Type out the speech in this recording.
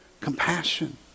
compassion